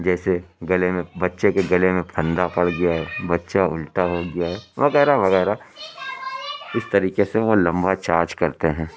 جیسے گلے میں بچے کے گلے میں پھندا پڑ گیا ہے بچہ اُلٹا ہو گیا ہے وغیرہ وغیرہ اِس طریقے سے وہ لمبا چارج کرتے ہیں